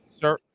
sir